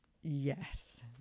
yes